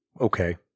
okay